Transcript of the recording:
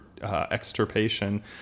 extirpation